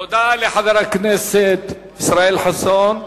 תודה לחבר הכנסת ישראל חסון.